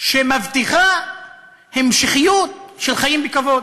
שמבטיחה המשכיות של חיים בכבוד.